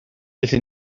felly